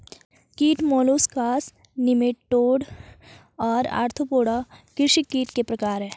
कीट molluscs nematode और arthropoda कृषि कीट के प्रकार हैं